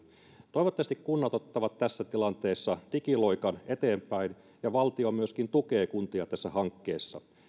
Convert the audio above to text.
toivottavasti kunnat ottavat tässä tilanteessa digiloikan eteenpäin ja valtio myöskin tukee kuntia tässä hankkeessa